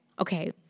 okay